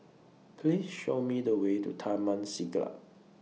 Please Show Me The Way to Taman Siglap